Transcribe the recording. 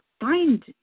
find